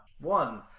One